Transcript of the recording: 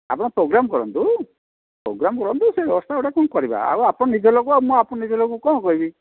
ଆପଣ ପ୍ରୋଗ୍ରାମ୍ କରନ୍ତୁ ପ୍ରୋଗ୍ରାମ୍ କରନ୍ତୁ ସେ ବ୍ୟବସ୍ତା ଗୋଟେ କ'ଣ କରିବା ଆଉ ଆପଣ ନିଜ ଲୋକ ମୁଁ ଆଉ ନିଜ ଲୋକକୁ କ'ଣ କହିବି